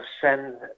send